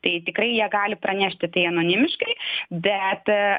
tai tikrai jie gali pranešti tai anonimiškai bet